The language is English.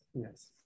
yes